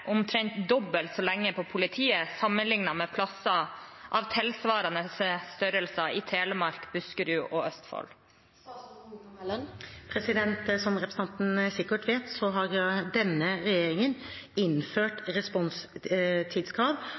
omtrent dobbelt så lenge på politiet sammenlignet med steder av tilsvarende størrelse i Telemark, Buskerud og Østfold?» Som representanten sikkert vet, har denne regjeringen innført responstidskrav